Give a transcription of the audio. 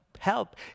help